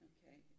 Okay